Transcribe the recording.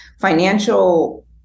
Financial